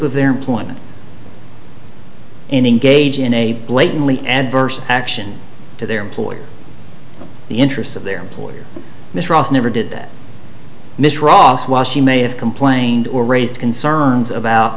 of their employment in engage in a blatantly adverse action to their employer the interests of their employer mr ross never did that miss ross while she may have complained or raised concerns about